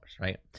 right